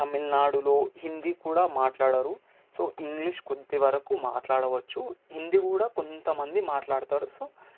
తమిళనాడులో హిందీ కూడా మాట్లాడరు సో ఇంగ్లీష్ కొద్ది వరకు మాట్లాడవచ్చు హిందీ కూడా కొంత మంది మాట్లాడతారు సో